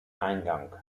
eingang